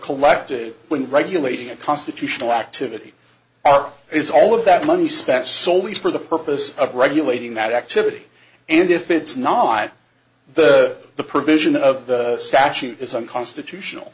collected when regulating a constitutional activity are is all of that money spent soley for the purpose of regulating that activity and if it's not the the provision of the statute it's unconstitutional